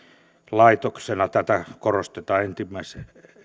laitoksena tätä korostetaan entistä selvemmin